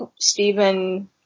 Stephen